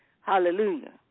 Hallelujah